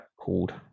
called